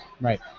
Right